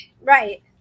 right